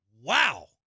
Wow